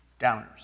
downers